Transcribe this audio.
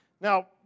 Now